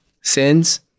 Sins